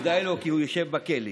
כדאי לו, כי הוא ישב בכלא.